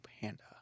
Panda